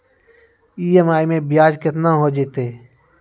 EMI मैं ब्याज केतना हो जयतै?